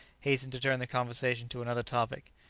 hastened to turn the conversation to another topic.